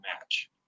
match